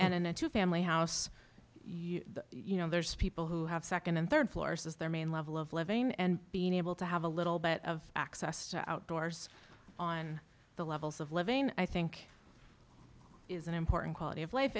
and in a two family house you you know there's people who have second and third floors as their main level of living and being able to have a little bit of access to outdoors on the levels of living i think is an important quality of life